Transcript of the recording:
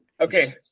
Okay